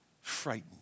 frightened